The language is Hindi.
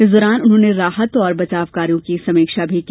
इस दौरान उन्होंने राहत और बचावकार्यों की समीक्षा भी की